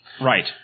Right